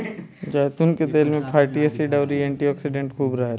जैतून के तेल में फैटी एसिड अउरी एंटी ओक्सिडेंट खूब रहेला